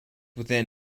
within